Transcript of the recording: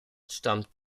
stammt